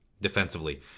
defensively